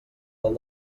del